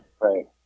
Right